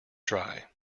dry